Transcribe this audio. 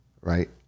Right